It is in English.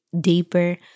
deeper